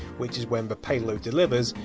which is when the payload delivers,